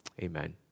Amen